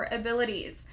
abilities